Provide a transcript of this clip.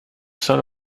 saint